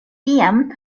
tiam